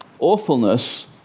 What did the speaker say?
awfulness